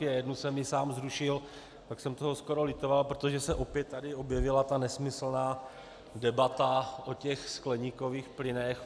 A jednu jsem i sám zrušil, pak jsem toho skoro litoval, protože se opět tady objevila nesmyslná ta debata o skleníkových plynech.